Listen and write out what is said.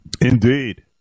Indeed